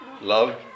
Love